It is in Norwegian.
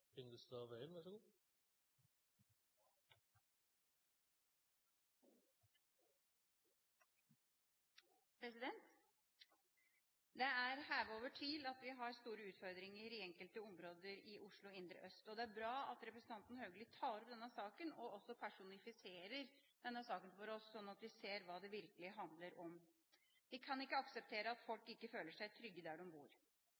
over tvil at vi har store utfordringer i enkelte områder i Oslo indre øst, og det er bra at representanten Haugli tar opp denne saken og også personifiserer den for oss, slik at vi ser hva det virkelig handler om. Vi kan ikke akseptere at folk ikke føler seg trygge der de bor.